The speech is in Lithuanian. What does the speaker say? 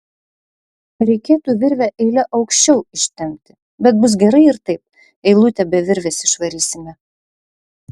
reikėtų virvę eile aukščiau ištempti bet bus gerai ir taip eilutę be virvės išvarysime